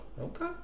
Okay